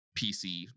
PC